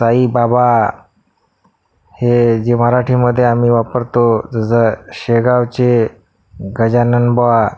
साई बाबा हे जे मराठीमध्ये आम्ही वापरतो जसं शेगावचे गजानन बुवा